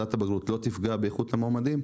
שהורדת הבגרות לא תפגע באיכות המועמדים.